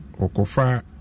Okofa